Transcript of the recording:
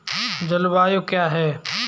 जलवायु क्या है?